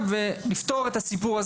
ה-1 למאי 2023. בתחילת דבריי,